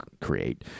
create